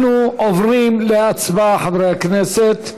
אנחנו עוברים להצבעה, חברי הכנסת.